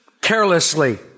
carelessly